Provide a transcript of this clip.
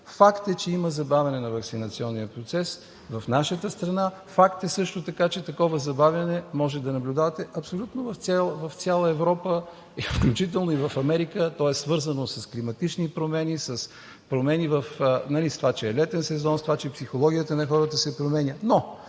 Факт е, че има забавяне на ваксинационния процес в нашата страна, факт е също така, че такова забавяне може да наблюдавате абсолютно в цяла Европа, включително и в Америка. То е свързано с климатични промени, с това, че е летен сезон, с това, че психологията на хората се променя,